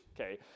okay